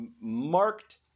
marked